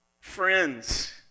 friends